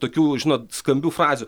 tokių žinot skambių frazių